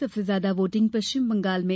सबसे ज्यादा वोटिंग पश्चिम बंगाल में